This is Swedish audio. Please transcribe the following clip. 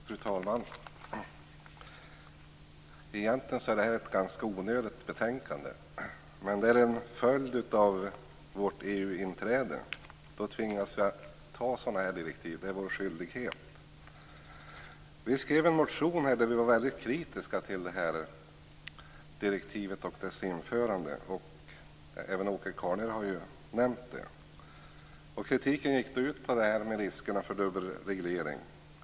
Fru talman! Egentligen är detta ett ganska onödigt betänkande. Det är en följd av vårt EU-inträde att vi tvingas anta sådana här direktiv. Det är vår skyldighet. Vi skrev en motion där vi var väldigt kritiska till direktivet och dess införande. Även Åke Carnerö har nämnt det. Kritiken gick ut på riskerna för dubbelreglering.